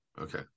Okay